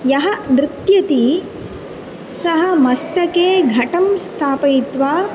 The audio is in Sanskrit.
यः नृत्यति सः मस्तके घटं स्थापयित्वा